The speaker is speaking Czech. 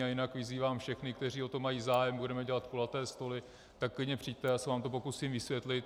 A jinak vyzývám všechny, kteří o to mají zájem, budeme dělat kulaté stoly, tak klidně přijďte, já se vám to pokusím vysvětlit.